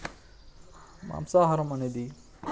మాంసాహారం అనేది